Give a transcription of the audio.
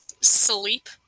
sleep